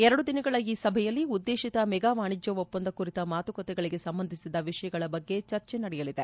ಎರಡು ದಿನಗಳ ಈ ಸಭೆಯಲ್ಲಿ ಉದ್ದೇಶಿತ ಮೆಗಾ ವಾಣಿಜ್ಯ ಒಪ್ಪಂದ ಕುರಿತ ಮಾತುಕತೆಗಳಿಗೆ ಸಂಬಂಧಿಸಿದ ವಿಷಯಗಳ ಬಗ್ಗೆ ಚರ್ಚೆ ನಡೆಯಲಿದೆ